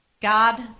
God